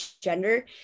gender